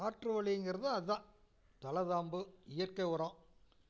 மாற்று வழிங்கிறது அதான் தழ காம்பு இயற்கை உரம்